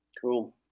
Cool